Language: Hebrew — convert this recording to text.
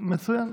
מצוין.